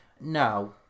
No